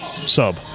sub